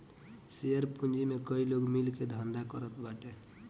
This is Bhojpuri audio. शेयर पूंजी में कई लोग मिल के धंधा करत बाटे